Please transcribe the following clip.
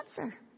answer